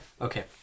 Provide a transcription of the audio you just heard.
Okay